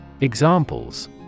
Examples